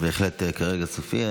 בהחלט, כרגע סופי.